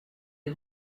des